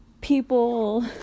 people